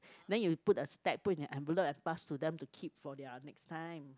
then you put a stack put in an envelope and pass to them to keep for their next time